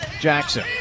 Jackson